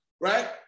right